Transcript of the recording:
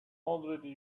already